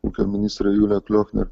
ūkio ministre julija kliokner